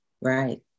Right